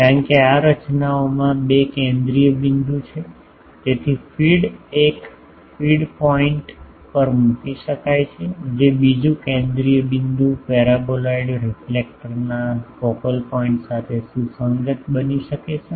કારણ કે આ રચનાઓમાં બે કેન્દ્રીય બિંદુઓ છે તેથી ફીડ એક ફીડ પોઇન્ટ પર મૂકી શકાય છે જે બીજું કેન્દ્રીય બિંદુ પેરાબોલિએડલ રિફ્લેક્ટરના ફોકલ પોઇન્ટ સાથે સુસંગત બની શકે છે